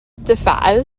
تفعل